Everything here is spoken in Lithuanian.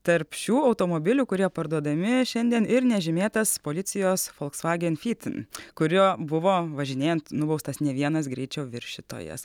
tarp šių automobilių kurie parduodami šiandien ir nežymėtas policijos folksvagen fytin kuriuo buvo važinėjant nubaustas ne vienas greičio viršytojas